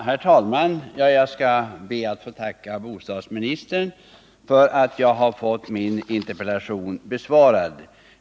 Herr talman! Jag skall be att få tacka bostadsministern för att jag har fått min interpellation besvarad.